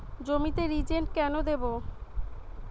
জমিতে রিজেন্ট কেন দেবো?